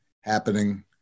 happening